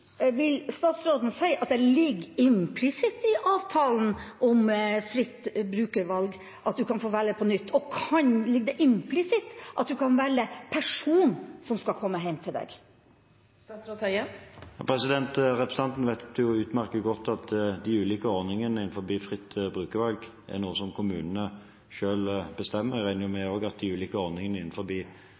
Vil statsråden si at det ligger implisitt i avtalen om fritt brukervalg at man kan få velge på nytt, og kan det ligge implisitt at man kan velge hvilken person som skal komme hjem til en? Representanten Knutsen vet utmerket godt at de ulike ordningene innenfor fritt brukervalg er noe som kommunene selv bestemmer. Jeg regner med at de ulike ordningene